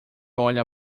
olha